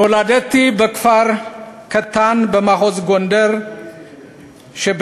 נולדתי בכפר קטן במחוז גונדר שבאתיופיה,